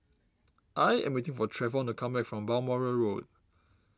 I am waiting for Travon to come back from Balmoral Road